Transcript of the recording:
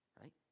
Right